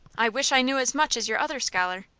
i wish i knew as much as your other scholar.